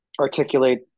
articulate